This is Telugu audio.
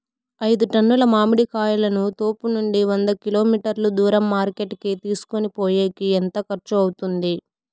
ఐదు టన్నుల మామిడి కాయలను తోపునుండి వంద కిలోమీటర్లు దూరం మార్కెట్ కి తీసుకొనిపోయేకి ఎంత ఖర్చు అవుతుంది?